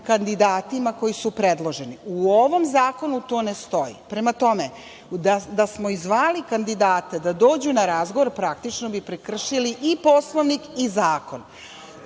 kandidatima koji su predloženi. U ovom zakonu to ne stoji. Prema tome, da smo i zvali kandidate da dođu na razgovor, praktično bi prekršili i Poslovnik i zakon,